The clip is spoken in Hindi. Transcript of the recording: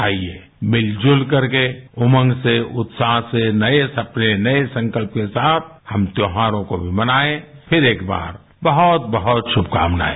आइए मिलजुल करके उमंग से उत्साह से नये सपने नये संकल्प के साथ हम त्यौहारों को भी मनाएं फिर एक बार बहुत बहुत शुभकामनाएं